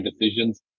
decisions